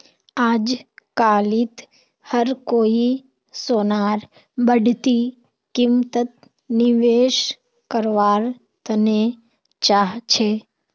अजकालित हर कोई सोनार बढ़ती कीमतत निवेश कारवार तने चाहछै